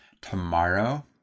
Tomorrow